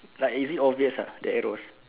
like is it obvious uh the arrows